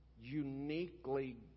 uniquely